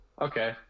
Okay